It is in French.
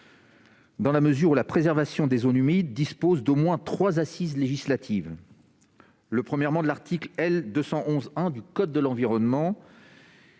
dans la mesure où la préservation des zones humides dispose déjà d'au moins trois assises législatives : le 1° du I de l'article L. 211-1 du code de l'environnement